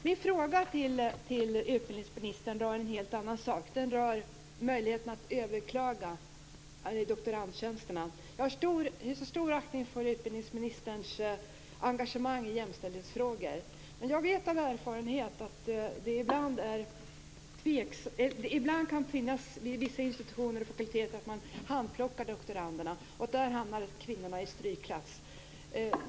Min fråga till utbildningsministern rör en helt annan sak, nämligen möjligheten att överklaga tillsättandet av doktorandtjänsterna. Jag hyser stor aktning för utbildningsministerns engagemang i jämställdhetsfrågor, men jag vet av erfarenhet att det vid vissa institutioner och fakulteter förekommer handplockning av doktorander, och då hamnar kvinnorna i strykklass.